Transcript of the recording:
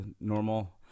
normal